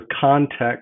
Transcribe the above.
context